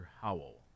Howell